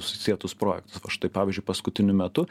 susietus projektus o štai pavyzdžiui paskutiniu metu